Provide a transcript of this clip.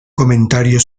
comentario